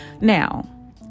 Now